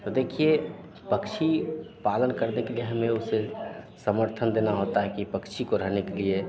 तो देखिए पक्षी पालन करने के लिए हमें उसे समर्थन देना होता है कि पक्षी को रहने के लिए